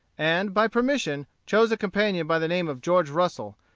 and, by permission, chose a companion by the name of george russel,